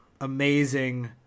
amazing